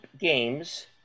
games